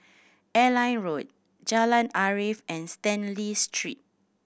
Airline Road Jalan Arif and Stanley Street